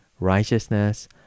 righteousness